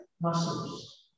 muscles